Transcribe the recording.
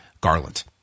Garland